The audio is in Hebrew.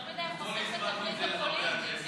למה אתה חושף את הברית הפוליטית?